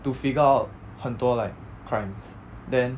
to figure out 很多 like crimes then